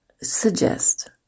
Suggest